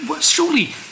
surely